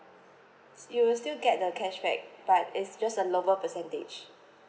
so you will still get the cashback but it's just a lower percentage